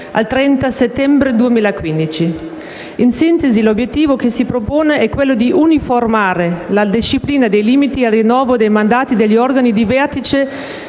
al 30 settembre 2015. In sintesi, l'obiettivo che si propone è di uniformare la disciplina dei limiti al rinnovo dei mandati degli organi di vertice